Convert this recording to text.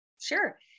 Sure